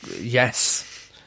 yes